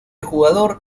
jugador